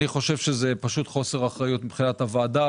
אני חושב שזה חוסר אחריות מצד הוועדה,